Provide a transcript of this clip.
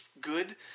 good